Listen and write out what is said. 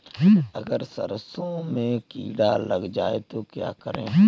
अगर सरसों में कीड़ा लग जाए तो क्या करें?